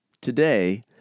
today